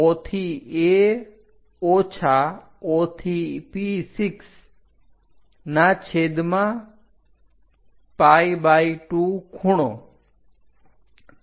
O થી A O થી P6 ના છેદમાં pi2 ખૂણો